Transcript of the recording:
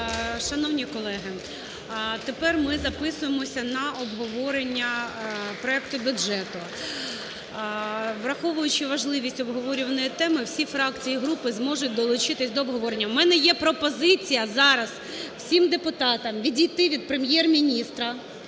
Шановні колеги, тепер ми записуємося на обговорення проекту бюджету. Враховуючи важливість обговорюваної теми, всі фракції і групи зможуть долучитись до обговорення. В мене є пропозиція зараз всім депутатам відійти від Прем’єр-міністра,